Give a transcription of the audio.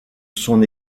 son